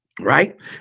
Right